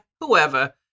whoever